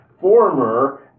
former